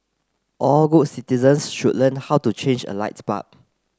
all good citizens should learn how to change a light bulb